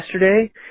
yesterday